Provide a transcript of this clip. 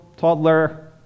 Toddler